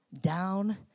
Down